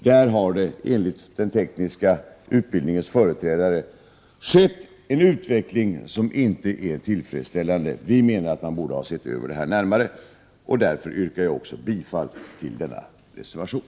Där har det enligt den tekniska utbildningens företrädare skett en utveckling som inte är tillfredsställande. Vi menar att man borde ha sett över detta närmare, och därför yrkar jag bifall till denna reservation.